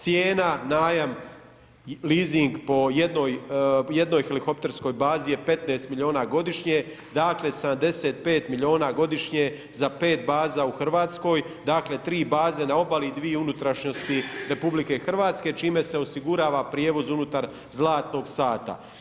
Cijena, najam, leasing po jednoj helikopterskoj bazi je 15 milijuna godišnje, dakle 75 milijuna godišnje za 5 baza u Hrvatskoj, dakle 3 baze na obali i dvije unutrašnjosti RH čime se osigurava prijevoz unutar zlatnog sata.